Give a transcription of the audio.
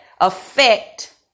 affect